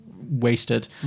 wasted